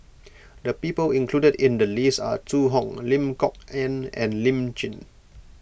the people included in the list are Zhu Hong Lim Kok Ann and Lim Jim